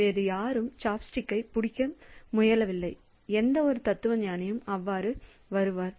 வேறு யாரும் சாப்ஸ்டிக்கைப் பிடிக்க முயற்சிக்கவில்லை என்றால் எந்தவொரு தத்துவஞானியும் அவ்வாறு வருவார்